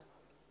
עכשיו בדיונים.